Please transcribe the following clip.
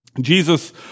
Jesus